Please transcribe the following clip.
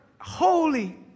holy